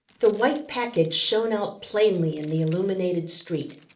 the white package shone out plainly in the illuminated street.